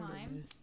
time